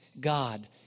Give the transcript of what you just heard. God